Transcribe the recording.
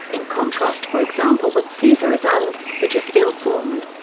in contrast for example with caesar is and, which is ill-formed.